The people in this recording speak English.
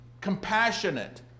compassionate